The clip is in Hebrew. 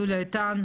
יוליה איתן,